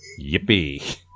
Yippee